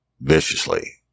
viciously